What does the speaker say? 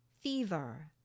fever